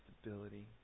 stability